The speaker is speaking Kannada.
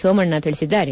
ಸೋಮಣ್ಣ ಹೇಳಿದ್ದಾರೆ